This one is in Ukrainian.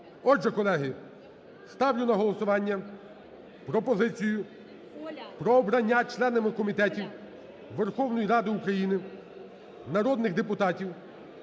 Отже, колеги, ставлю на голосування пропозицію про обрання членами комітетів Верховної Ради України народних депутатів